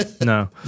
No